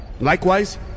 Likewise